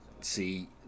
see